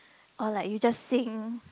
or like you just sing